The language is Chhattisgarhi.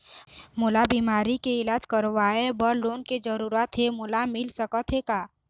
मोला बीमारी के इलाज करवाए बर लोन के जरूरत हे मोला मिल सकत हे का?